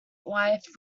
wife